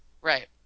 right